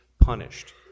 punished